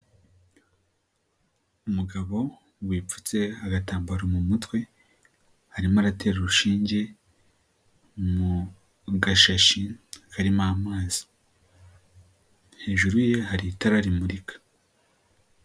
Umugabo wipfutse agatambaro mu mutwe arimo aratera urushinge mu gashashi karimo amazi. hejuru ye hari itara rimurika.